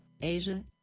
Asia